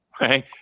right